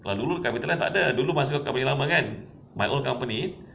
kalau dulu tak ada dulu masa company lama kan my old company